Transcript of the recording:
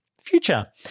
future